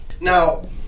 Now